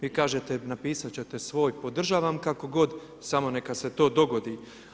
Vi kažete, napisati ćete svoj, podržavam kako god, samo neka se to dogodi.